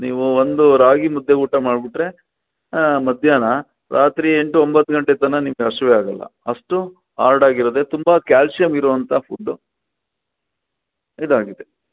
ನೀವು ಒಂದು ರಾಗಿ ಮುದ್ದೆ ಊಟ ಮಾಡ್ಬುಟ್ಟರೆ ಮಧ್ಯಾಹ್ನ ರಾತ್ರಿ ಎಂಟು ಒಂಬತ್ತು ಗಂಟೆ ತನಕ ನಿಮ್ಗೆ ಹಶಿವೆ ಆಗಲ್ಲ ಅಷ್ಟು ಆಡಾಗಿರದೆ ತುಂಬಾ ಕ್ಯಾಲ್ಶಿಯಂ ಇರುವಂಥಾ ಫುಡ್ಡು ಇದಾಗಿದೆ